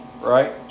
Right